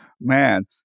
man